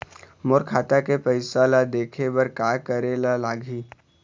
मोर खाता के पैसा ला देखे बर का करे ले लागही?